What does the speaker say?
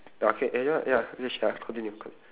ya okay eh ya ya finish ya ya continue cont~